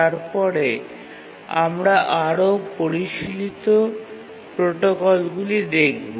তারপরে আমরা আরও পরিশীলিত প্রোটোকলগুলি দেখব